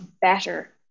better